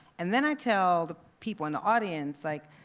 and then i tell the people in the audience like,